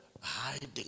hiding